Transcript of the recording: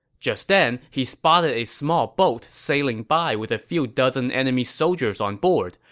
just then, he spotted a small boat sailing by with a few dozen enemy soldiers on board.